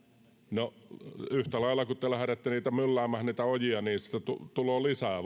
no yhtä lailla kun te lähdette mylläämään niitä ojia sitä möhnää tulee vain lisää